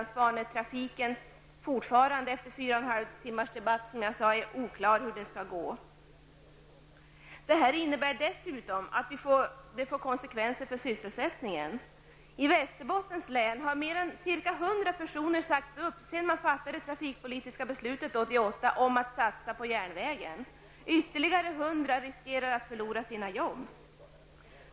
Fortfarande, efter fyra och en halv timmars debatt, är det oklart hur det kommer att gå med inlandsbanan. Allt detta får också konsekvenser för sysselsättningen. I Västerbottens län har ca 100 personer riskerar nu att förlora sina jobb.